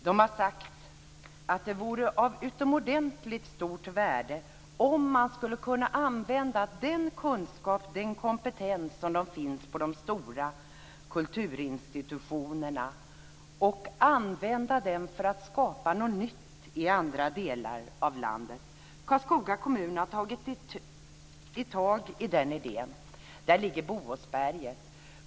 De har sagt att det vore av utomordentligt stort värde om man skulle kunna använda den kunskap och kompetens som finns på de stora kulturinstitutionerna för att skapa något nytt i andra delar av landet. Karlskoga kommun har tagit tag i den idén. Där ligger Boåsberget.